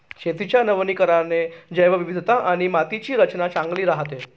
शेतीच्या वनीकरणाने जैवविविधता आणि मातीची रचना चांगली राहते